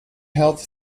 health